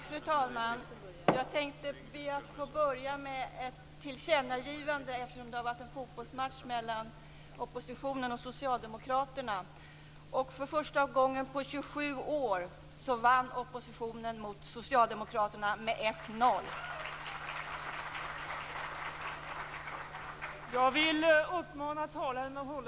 Fru talman! Jag tänkte be att få börja med ett tillkännagivande eftersom det har varit en fotbollsmatch mellan oppositionen och socialdemokraterna. För första gången på 27 år vann oppositionen mot socialdemokraterna med 1-0!